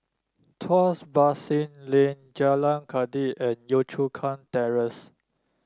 Tuas Basin Lane Jalan Kledek and Yio Chu Kang Terrace